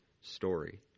story